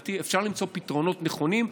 לדעתי אפשר למצוא פתרונות נכונים,